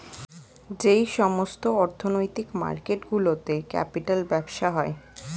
যেই সমস্ত অর্থনৈতিক মার্কেট গুলোতে ক্যাপিটাল ব্যবসা হয়